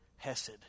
Hesed